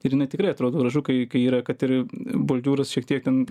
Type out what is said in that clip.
ir jinai tikrai atrodo gražu kai kai yra kad ir bordiūrus šiek tiek ten